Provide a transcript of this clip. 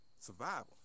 survival